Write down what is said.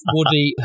Woody